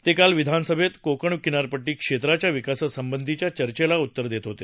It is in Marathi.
ते काल विधानसभेत कोकण किनारपट्टी क्षेत्राच्या विकासासंबंधीच्या चर्चेला उत्तर देत होते